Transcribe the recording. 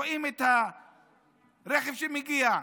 רואים את הרכב שמגיע,